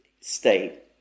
state